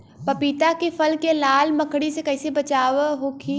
पपीता के फल के लाल मकड़ी से कइसे बचाव होखि?